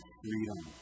freedom